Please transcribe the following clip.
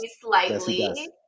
slightly